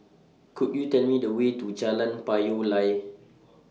Could YOU Tell Me The Way to Jalan Payoh Lai